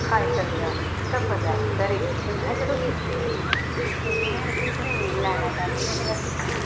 खाई सकदा ऐ टब्बर दारी घरैं च ते महैं चलो सिक्खी लैन्ने आं ते में एह्दी ट्रेनिंग लैना चाह्निआं सिक्खने दी